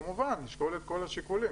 כמובן שנשקול את כל השיקולים,